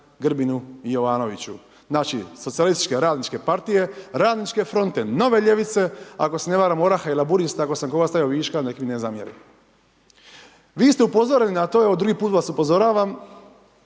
Grbinu i Jovanoviću, znači socijalističke radničke partije, radničke fronte, nove ljevice, ako se ne varam Oraha i Laburista, ako sam koga stavio viška, neka mi ne zamjeri. Vi ste upozoreni na to, evo, drugi put vas upozoravam,